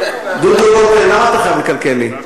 דוד רותם, למה אתה חייב לקלקל לי?